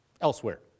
elsewhere